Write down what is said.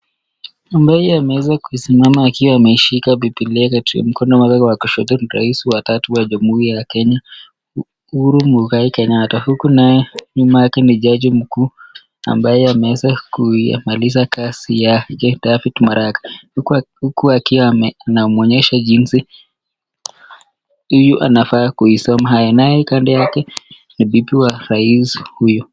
Ambaye ameeza kusimama akiwa ameshika bibilia katika mkono wake wa kushoto, ni rais wa tatu ya jamhuri ya Kenya, Uhuru Mwigai Kenyata huku, nae nyuma yake ni jaji mkuu ambaye ameeza kuimaliza kazi yale Maraga, huku akiwa anamwonyesha jinsi anafaa kuisoma, naye kando yake ni bibi wa rais huyu.